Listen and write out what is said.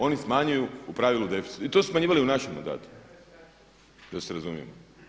Oni smanjuju u pravilu deficit i to su smanjivali i u našem mandatu da se razumijemo.